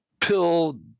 pill